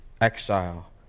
exile